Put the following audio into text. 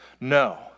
no